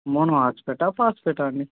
mono ఆస్ఫేటా ఫాస్ఫేటా అండి